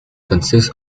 consists